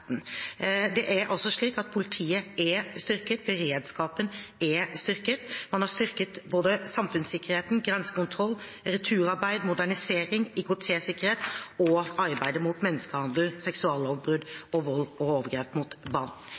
Det er altså slik at politiet er styrket, beredskapen er styrket. Man har styrket både samfunnssikkerheten, grensekontroll, returarbeid, modernisering, IKT-sikkerhet og arbeidet mot menneskehandel, seksuallovbrudd og vold og overgrep mot barn.